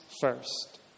first